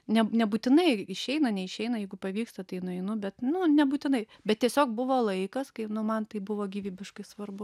ne nebūtinai išeina neišeina jeigu pavyksta tai nueinu bet nu nebūtinai bet tiesiog buvo laikas kai nu man tai buvo gyvybiškai svarbu